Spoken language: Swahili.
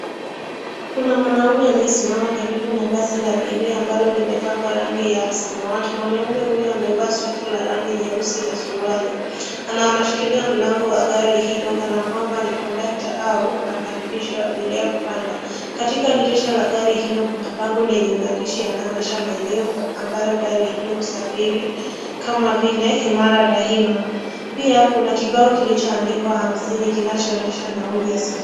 Kuna mwanaume aliyesimama karibu na basi la abiria ambalo limepakwa rangi ya samawati ,mwanaume huyo amevaa sweta la rangi nyeusi na suruali na anashikilia mlango wa gari hilo kana kwamba ni conductor au anakaribisha abiria kupanda, katika dirisha la gari hilo kuna bango lenye maandishi yanayoonyesha maeneo ambayo gari hilo husafiri kama vile Imara daima ,pia kuna kibao kilichoandikwa hamsini kuonyesha nauli na saa.